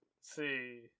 see